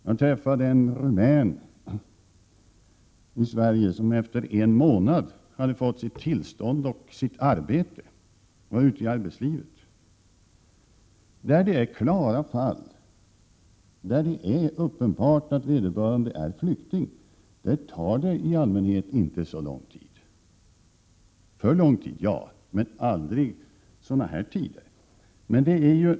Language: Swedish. Jag träffade en rumän i Sverige som efter en månad fått sitt tillstånd och ett arbete. Han var ute i arbetslivet. I klara fall, där det är uppenbart att vederbörande är flykting, tar handläggningen i allmänhet inte så lång tid. Den kan ta för lång tid, men aldrig så långa tider som det brukar talas om.